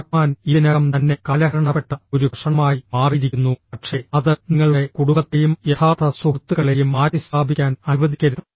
Walkman ഇതിനകം തന്നെ കാലഹരണപ്പെട്ട ഒരു കഷണമായി മാറിയിരിക്കുന്നു പക്ഷേ അത് നിങ്ങളുടെ കുടുംബത്തെയും യഥാർത്ഥ സുഹൃത്തുക്കളെയും മാറ്റിസ്ഥാപിക്കാൻ അനുവദിക്കരുത്